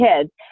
kids